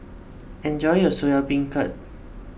enjoy your Soya Beancurd